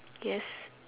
yes